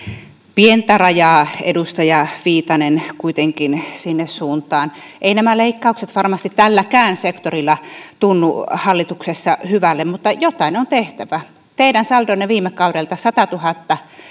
pientä rajaa edustaja viitanen kuitenkin sinne suuntaan eivät nämä leikkaukset varmasti tälläkään sektorilla tunnu hallituksessa hyvältä mutta jotain on tehtävä teidän saldonne viime kaudelta satatuhatta